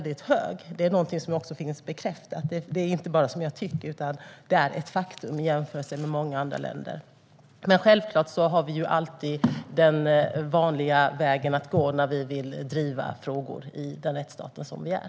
Detta är något som också finns bekräftat och är ett faktum i jämförelse med många andra länder. Självklart har vi alltid den vanliga vägen att gå när vi vill driva frågor i den rättsstat som vi är.